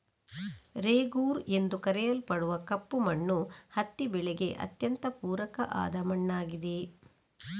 ರೇಗೂರ್ ಎಂದು ಕರೆಯಲ್ಪಡುವ ಕಪ್ಪು ಮಣ್ಣು ಹತ್ತಿ ಬೆಳೆಗೆ ಅತ್ಯಂತ ಪೂರಕ ಆದ ಮಣ್ಣಾಗಿದೆ